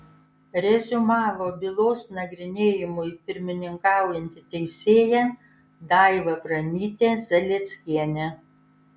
reziumavo bylos nagrinėjimui pirmininkaujanti teisėja daiva pranytė zalieckienė